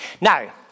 Now